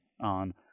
on